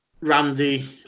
Randy